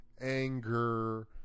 anger